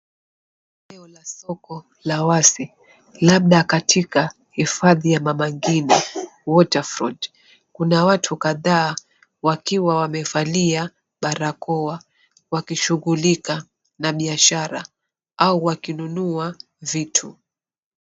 Eneo la soko la wazi labda katika hifadhi ya Mama Ngina Waterfront. Kuna watu kadhaa wakiwa wamevalia barakoa wakishughulika na biashara au wakinunua vitu.